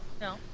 No